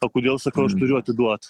o kodėl sakau aš turiu atiduot